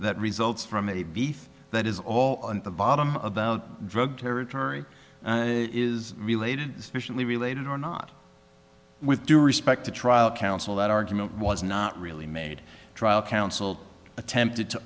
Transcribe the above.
that results from a beef that is all on the bottom about drug territory is related specially related or not with due respect to trial counsel that argument was not really made a trial counsel attempted to